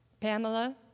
Pamela